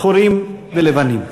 שחורים ולבנים.